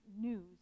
news